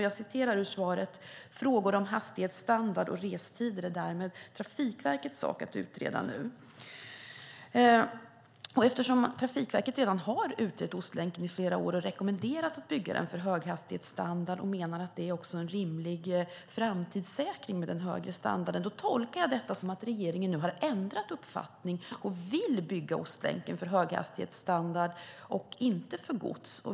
Jag citerar ur svaret: "Frågor om hastighetsstandard och restider är därmed Trafikverkets sak att utreda nu." Eftersom Trafikverket redan har utrett Ostlänken i flera år och rekommenderat att bygga den för höghastighetsstandard, och menar att det är en rimlig framtidssäkring med den högre standarden, tolkar jag detta som att regeringen nu har ändrat uppfattning och vill bygga Ostlänken för höghastighetsstandard och inte för gods.